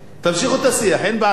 תמשיכו את השיח, אין בעיה.